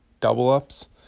double-ups